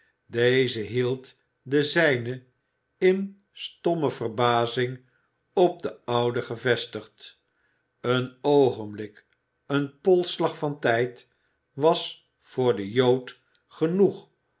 deze hield de zijne in stomme verbazing op den oude gevestigd een oogenblik een polsslag van tijd was voor den jood genoeg